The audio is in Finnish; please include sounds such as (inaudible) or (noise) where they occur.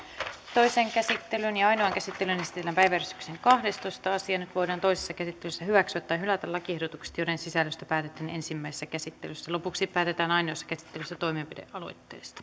toiseen käsittelyyn ja ainoaan käsittelyyn esitellään päiväjärjestyksen kahdestoista asia nyt voidaan toisessa käsittelyssä hyväksyä tai hylätä lakiehdotukset joiden sisällöstä päätettiin ensimmäisessä käsittelyssä lopuksi päätetään ainoassa käsittelyssä toimenpidealoitteesta (unintelligible)